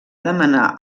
demanar